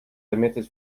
limited